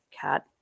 cat